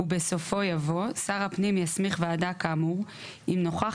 ובסופו יבוא "שר הפנים יסמיך ועדה כאמור אם נוכח